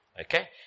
Okay